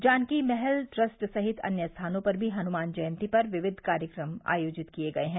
Janaki Mahal trust सहित अन्य स्थानों पर भी हनुमान जयंती पर विविध धार्मिक कार्यक्रम आयोजित किये गये हैं